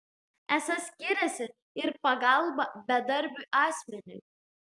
esą skiriasi ir pagalba bedarbiui asmeniui